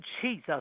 Jesus